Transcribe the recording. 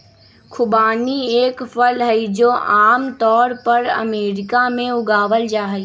खुबानी एक फल हई, जो आम तौर पर अमेरिका में उगावल जाहई